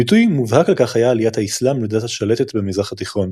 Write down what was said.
ביטוי מובהק לכך היה עליית האסלאם לדת השלטת במזרח התיכון